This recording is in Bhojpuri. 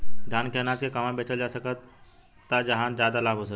धान के अनाज के कहवा बेचल जा सकता जहाँ ज्यादा लाभ हो सके?